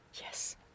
Yes